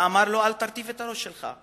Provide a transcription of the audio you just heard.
ואמר לו: אל תרטיב את הראש שלך.